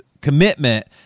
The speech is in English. commitment